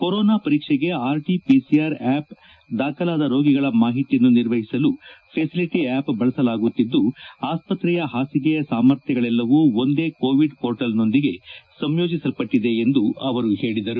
corona ಪರೀಕ್ಷೆಗೆ RT PCR app ದಾಖಲಾದ ರೋಗಿಗಳ ಮಾಹಿತಿಯನ್ನು ನಿರ್ವಹಿಸಲು ಫೆಸಿಲಿಟಿ ಆಪ್ ಬಳಸಲಾಗುತ್ತಿದ್ದು ಆಸ್ಸತ್ರೆಯ ಹಾಸಿಗೆಯ ಸಾಮರ್ಥ್ಯಗಳೆಲ್ಲವೂ ಒಂದೇ ಕೋವಿಡ್ ಪೋರ್ಟಲ್ನೊಂದಿಗೆ ಸಂಯೋಜಿಸಲ್ಸಟ್ಟಿದೆ ಎಂದು ಅವರು ಹೇಳಿದರು